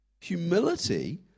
Humility